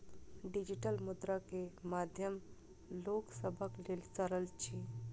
digital मुद्रा के माध्यम लोक सभक लेल सरल अछि